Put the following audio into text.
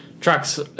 Trucks